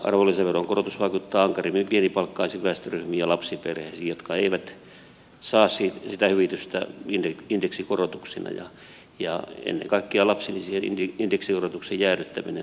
arvonlisäveron korotus vaikuttaa ankarimmin pienipalkkaisiin väestöryhmiin ja lapsiperheisiin jotka eivät saa sitä hyvitystä indeksikorotuksina ja ennen kaikkea lapsilisien indeksikorotuksen jäädyttäminen varmistaa tämän